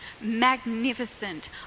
magnificent